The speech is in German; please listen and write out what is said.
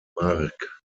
mark